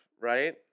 right